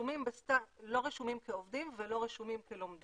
לא רשומים כעובדים ולא רשומים כלומדים.